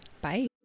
Bye